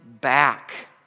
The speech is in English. back